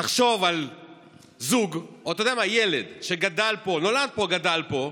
תחשוב על זוג, אתה יודע מה, ילד שנולד פה, גדל פה,